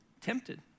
tempted